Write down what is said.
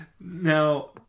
Now